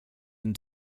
and